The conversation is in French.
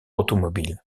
automobile